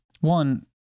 one